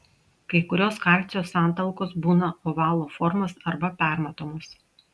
kai kurios kalcio santalkos būna ovalo formos arba permatomos